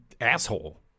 asshole